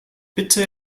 bitte